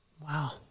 Wow